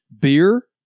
beer